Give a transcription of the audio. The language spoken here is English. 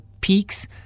peaks